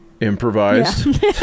improvised